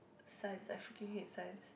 science I freaking hate science